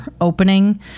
opening